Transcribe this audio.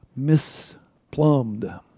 misplumbed